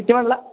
किती म्हणाला